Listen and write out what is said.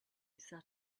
sat